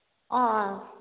अँ अँ अँ